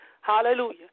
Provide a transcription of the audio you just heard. hallelujah